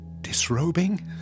Disrobing